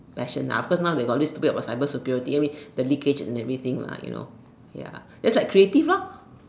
passion lah of course now they got this stupid about cyber security I mean the the leakage and everything lah you know just like creative lor